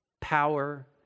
power